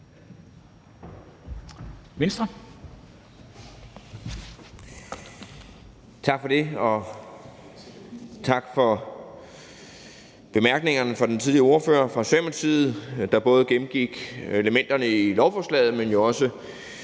Tak for det, og tak for bemærkningerne fra ordføreren fra Socialdemokratiet, der både gennemgik elementerne i lovforslaget, men jo også